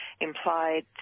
implied